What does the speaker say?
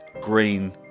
green